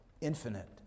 infinite